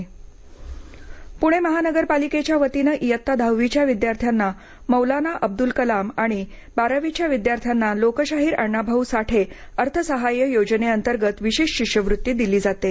शिष्यवृत्ती पूणे महानगरपालिकेच्या वतीनं इयत्ता दहावीच्या विद्यार्थ्यांना मौलाना अबूल कलाम आणि बारावीच्या विद्यार्थ्यांना लोकशाहीर अण्णाभाऊ साठे अर्थसहाय्य योजनेतंर्गत विशेष शिष्यवृत्ती दिली जाते